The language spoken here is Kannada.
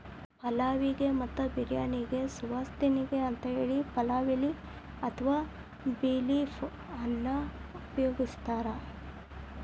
ಪಲಾವ್ ಗೆ ಮತ್ತ ಬಿರ್ಯಾನಿಗೆ ಸುವಾಸನಿಗೆ ಅಂತೇಳಿ ಪಲಾವ್ ಎಲಿ ಅತ್ವಾ ಬೇ ಲೇಫ್ ಅನ್ನ ಉಪಯೋಗಸ್ತಾರ